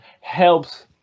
helps